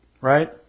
right